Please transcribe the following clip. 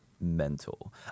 Mental